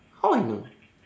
how I know